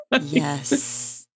Yes